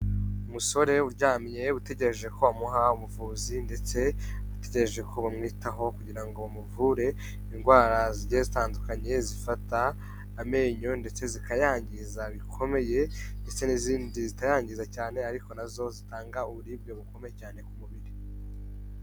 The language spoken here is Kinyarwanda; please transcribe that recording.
Umusore uryamye utegereje ko bamuha ubuvuzi ndetse utegereje ko bamwitaho kugira ngo bamuvure indwara zigiye zitandukanye, zifata amenyo ndetse zikayangiza bikomeye ndetse n'izindi zitayangiza cyane ariko na zo zitanga uburibwe bukomeye cyane ku mubiri.